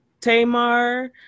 Tamar